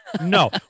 No